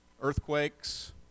earthquakes